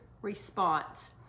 response